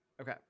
Okay